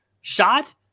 shot